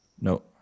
No